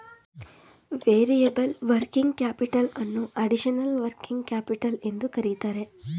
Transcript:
variable working capital ಅನ್ನೋ additional working capital ಎಂದು ಕರಿತರೆ